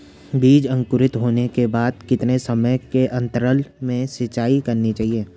बीज अंकुरित होने के बाद कितने समय के अंतराल में सिंचाई करनी चाहिए?